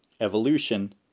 Evolution